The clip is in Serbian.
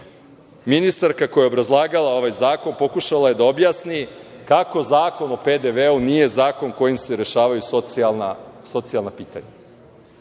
ministarka koja je obrazlagala ovaj zakon pokušala je da objasni kako Zakon o PDV-u nije zakon kojim se rešavaju socijalna pitanja.